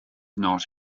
not